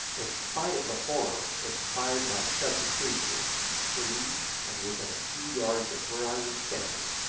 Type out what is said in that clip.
in spite of the horror inspired by such a creature, free and within a few yards of where i was standing,